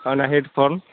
ᱚᱱᱟ ᱦᱮᱰᱯᱷᱳᱱ